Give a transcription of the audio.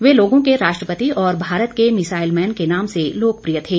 वे लोगों के राष्ट्रपति और भारत के मिसाइल मैन के नाम से लोकप्रिय थे